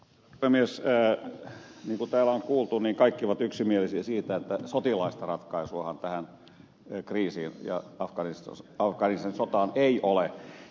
niin kuin täällä on kuultu kaikki ovat yksimielisiä siitä että sotilaallista ratkaisuahan tähän kriisiin ja afganistanin sotaan ei ole